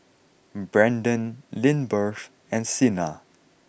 Brandon Lindbergh and Sina